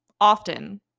often